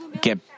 get